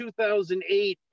2008